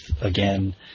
again